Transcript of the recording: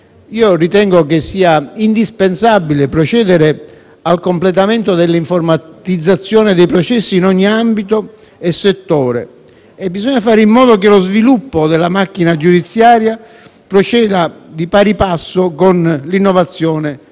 ritengo che sia indispensabile procedere al completamento dell'informatizzazione dei processi in ogni ambito e settore e che bisogna fare in modo che lo sviluppo della macchina giudiziaria proceda di pari passo con l'innovazione